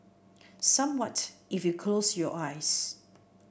somewhat if you close your eyes